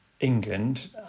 England